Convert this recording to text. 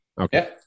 Okay